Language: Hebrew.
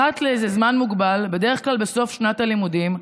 אחת לאיזה זמן מוגבל, בדרך כלל בסוף שנת הלימודים,